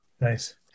Nice